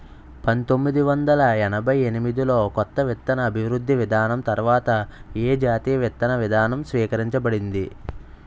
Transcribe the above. పంతోమ్మిది వందల ఎనభై ఎనిమిది లో కొత్త విత్తన అభివృద్ధి విధానం తర్వాత ఏ జాతీయ విత్తన విధానం స్వీకరించబడింది?